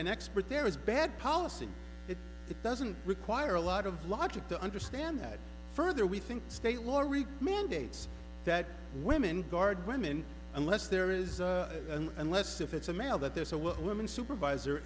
an expert there is bad policy it doesn't require a lot of logic to understand that further we think state law read mandates that women guard women unless there is and less if it's a male that there's a woman supervisor